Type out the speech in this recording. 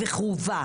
וחובה.